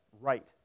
right